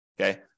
Okay